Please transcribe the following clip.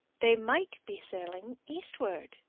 they might be sailing eastward,